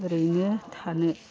ओरैनो थानो